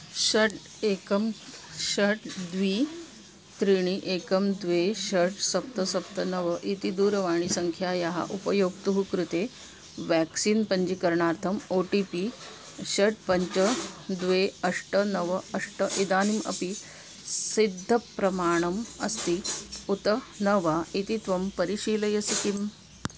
षट् एकं षट् द्वे त्रीणि एकं द्वे षट् सप्त सप्त नव इति दूरवाणीसङ्ख्यायाः उपयोक्तुः कृते व्याक्सीन् पञ्जीकरणार्थम् ओ टि पि षट् पञ्च द्वे अष्ट नव अष्ट इदानीम् अपि सिद्धप्रमाणम् अस्ति उत न वा इति त्वं परिशीलयसि किम्